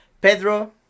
Pedro